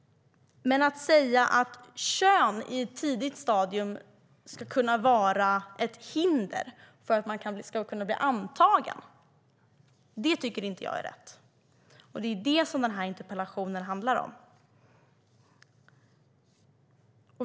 Men att säga att kön på ett tidigt stadium ska kunna vara ett hinder för att bli antagen tycker jag inte är rätt. Det är detta interpellationen handlar om.